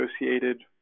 associated